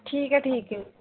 ਠੀਕ ਹੈ ਠੀਕ ਹੈ